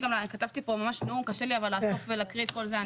כתבתי ממש נאום אבל קשה לי לאסוף ולהקריא את כל זה.